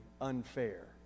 unfair